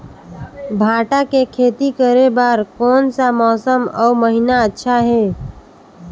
भांटा के खेती करे बार कोन सा मौसम अउ महीना अच्छा हे?